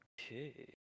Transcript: okay